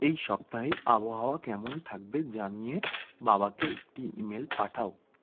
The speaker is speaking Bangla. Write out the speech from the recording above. এই সপ্তাহে আবহাওয়া কেমন থাকবে জানিয়ে বাবাকে একটি ইমেল পাঠাও